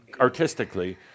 artistically